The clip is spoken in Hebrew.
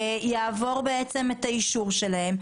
יעבור את האישור שלהם,